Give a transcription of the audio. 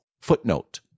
Footnote